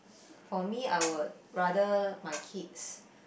for me I would rather my kids